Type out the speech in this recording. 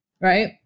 right